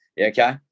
okay